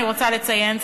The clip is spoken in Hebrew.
אני רוצה לציין,